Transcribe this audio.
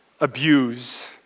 abuse